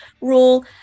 rule